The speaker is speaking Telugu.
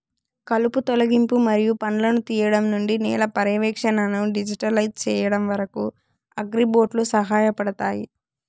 కలుపు తొలగింపు మరియు పండ్లను తీయడం నుండి నేల పర్యవేక్షణను డిజిటలైజ్ చేయడం వరకు, అగ్రిబోట్లు సహాయపడతాయి